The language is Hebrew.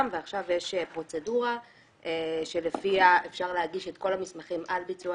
ועכשיו יש פרוצדורה שלפיה אפשר להגיש את כל המסמכים על ביצוע